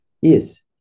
Yes